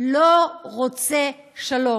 לא רוצה שלום.